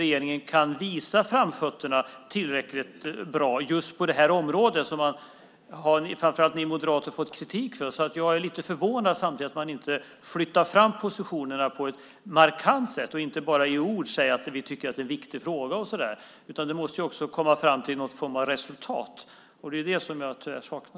Regeringen kan inte visa framfötterna tillräckligt bra just på det här området, något som framför allt ni moderater har fått kritik för. Jag är samtidigt lite förvånad över att man inte flyttar fram positionerna på ett markant sätt i stället för att bara i ord säga att man tycker att det är en viktig fråga. Man måste också komma fram till någon form av resultat. Det är det som jag saknar.